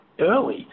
early